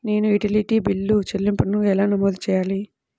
నేను utility bill చెల్లింపులను ఎలా నమోదు చేయాలి?